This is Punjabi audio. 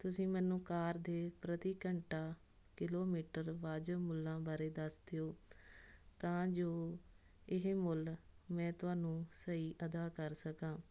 ਤੁਸੀਂ ਮੈਨੂੰ ਕਾਰ ਦੇ ਪ੍ਰਤੀ ਘੰਟਾ ਕਿਲੋਮੀਟਰ ਵਾਜਿਬ ਮੁੱਲਾਂ ਬਾਰੇ ਦੱਸ ਦਿਓ ਤਾਂ ਜੋ ਇਹ ਮੁੱਲ ਮੈਂ ਤੁਹਾਨੂੰ ਸਹੀ ਅਦਾ ਕਰ ਸਕਾਂ